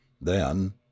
Then